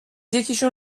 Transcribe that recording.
یکیشون